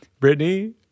Britney